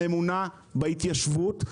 האמונה בהתיישבות,